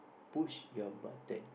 push your button